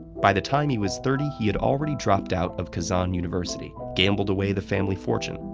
by the time he was thirty, he had already dropped out of kazan university, gambled away the family fortune,